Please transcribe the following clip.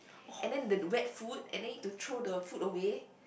and then the wet food and then need to throw the food away